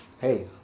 hey